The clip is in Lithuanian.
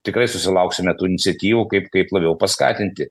tikrai susilauksime tų iniciatyvų kaip kaip labiau paskatinti